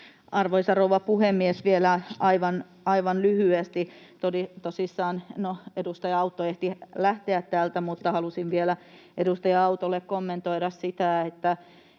Arvoisa rouva puhemies! Vielä aivan lyhyesti. Tosissaan — no, edustaja Autto ehti lähteä täältä — halusin vielä edustaja Autolle kommentoida sitä, että